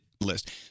list